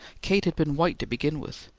kate had been white to begin with,